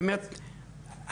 זאת אומרת,